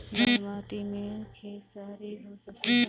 लाल माटी मे खेसारी हो सकेला?